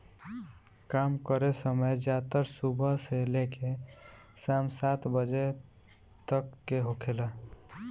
काम करे समय ज्यादातर सुबह से लेके साम सात बजे तक के होखेला